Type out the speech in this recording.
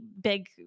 big